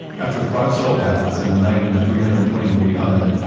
after five salt baths, and a night in a three hundred and twenty degree oven,